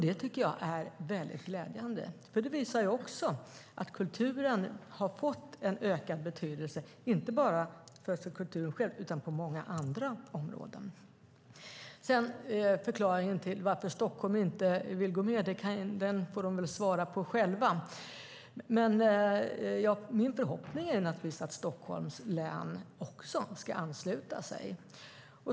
Det tycker jag är glädjande. Det visar också att kulturen har fått en ökad betydelse inte bara i sig själv utan på många andra områden. Varför Stockholm inte vill gå med får de väl svara på själva, men min förhoppning är naturligtvis att Stockholms län också ska ansluta sig.